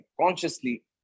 consciously